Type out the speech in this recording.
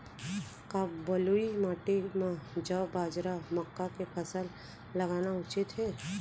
का बलुई माटी म जौ, बाजरा, मक्का के फसल लगाना उचित हे?